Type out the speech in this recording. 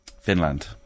Finland